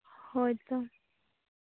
ᱦᱳᱭᱛᱳ